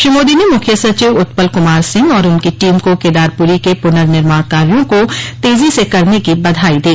श्री मोदी ने मुख्य सचिव उत्पल कुमार सिंह और उनकी टीम को केदारपुरी के पुर्ननिर्माण कार्यों को तेजी से करने की बधाई दी